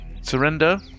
surrender